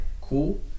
cool